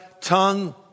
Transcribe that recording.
tongue